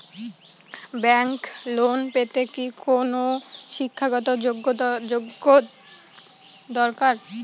Bank loan পেতে কি কোনো শিক্ষা গত যোগ্য দরকার?